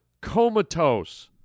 comatose